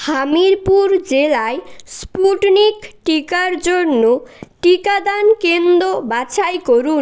হামিরপুর জেলায় স্পুটনিক টিকার জন্য টিকাদান কেন্দ্র বাছাই করুন